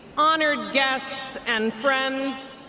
honored guests, and friends,